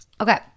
Okay